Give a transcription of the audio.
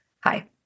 Hi